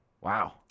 Wow